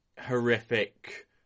horrific